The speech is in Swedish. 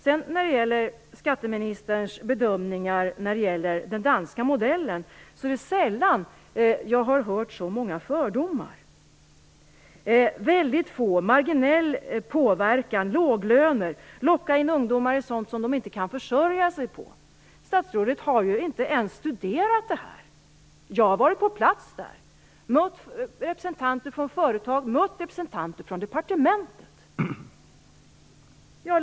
När det sedan gäller skatteministerns bedömning av den danska modellen, har jag sällan träffat på så många fördomar: "väldigt få", "marginell påverkan", "låga löner", "locka in ungdomar i sådant som de inte kan försörja sig på". Statsrådet har ju inte ens studerat den här modellen. Jag har varit på plats och mött representanter för företag och för departementet.